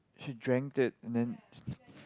she drank it and then